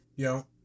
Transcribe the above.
Yo